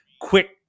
quick